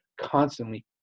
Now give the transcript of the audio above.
constantly